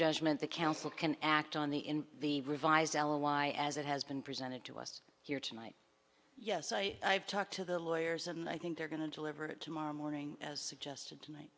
judgment the council can act on the in the revised l y as it has been presented to us here tonight yes i talked to the lawyers and i think they're going to live or tomorrow morning as suggested tonight